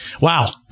Wow